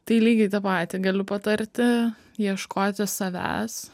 tai lygiai tą patį galiu patarti ieškoti savęs